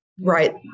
Right